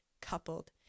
coupled